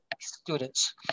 students